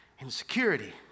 insecurity